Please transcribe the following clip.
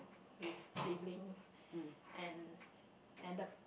his siblings and and the